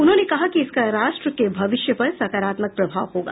उन्होंने कहा कि इसका राष्ट्र के भविष्य पर सकारात्मक प्रभाव होगा